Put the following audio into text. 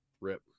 Rip